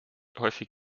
häufig